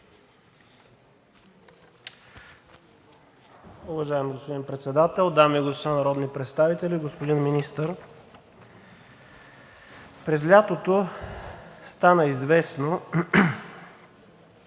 през лятото стана известно,